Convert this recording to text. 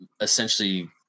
essentially